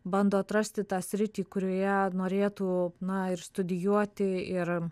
bando atrasti tą sritį kurioje norėtų na ir studijuoti ir